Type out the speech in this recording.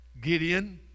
Gideon